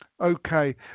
okay